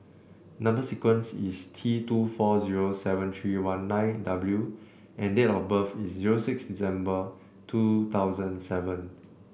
number sequence is T two four zero seven three one nine W and date of birth is zero six December two thousand seven